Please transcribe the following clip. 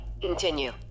Continue